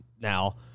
now